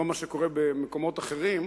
לא מה שקורה במקומות אחרים.